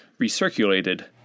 recirculated